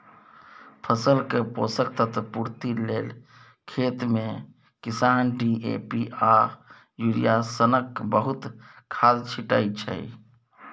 फसलक पोषक तत्व पुर्ति लेल खेतमे किसान डी.ए.पी आ युरिया सनक बहुत खाद छीटय छै